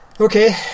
okay